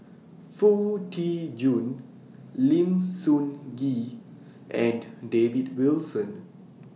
Foo Tee Jun Lim Sun Gee and David Wilson